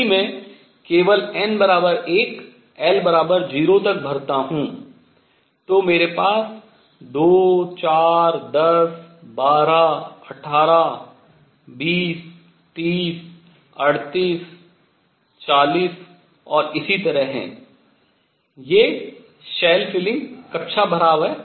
यदि मैं केवल n1 l0 तक भरता हूँ तो मेरे पास 2 4 10 12 18 20 30 38 40 और इसी तरह हैं ये शेल फिलिंग कक्षा भराव हैं